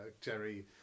Jerry